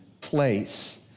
place